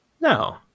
No